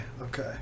okay